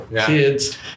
kids